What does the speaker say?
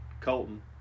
Colton